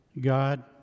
God